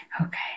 okay